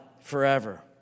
forever